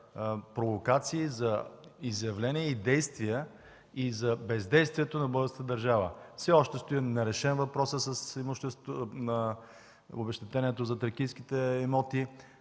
провокации, за изявления и действия и за бездействието на българската държава. Все още стои нерешен въпросът с имуществото на обезщетението за тракийските имоти.